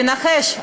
תנחש,